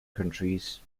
countries